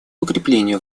укреплению